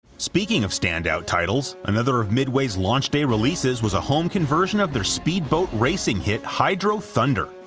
speaking of standout titles, another of midway's launch day releases was a home conversion of their speedboat racing hit, hydro thunder,